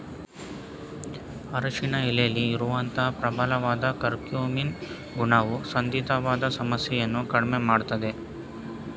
ಅರಿಶಿನ ಎಲೆಲಿ ಇರುವಂತ ಪ್ರಬಲವಾದ ಕರ್ಕ್ಯೂಮಿನ್ ಗುಣವು ಸಂಧಿವಾತ ಸಮಸ್ಯೆಯನ್ನ ಕಡ್ಮೆ ಮಾಡ್ತದೆ